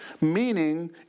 meaning